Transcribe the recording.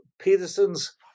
Peterson's